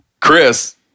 Chris-